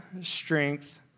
strength